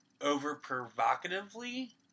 over-provocatively